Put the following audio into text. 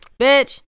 bitch